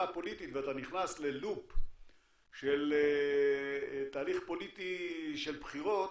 הפוליטית ואתה נכנס ללופ של תהליך פוליטי של בחירות